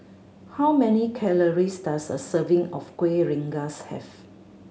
how many calories does a serving of Kueh Rengas have